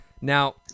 Now